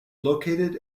located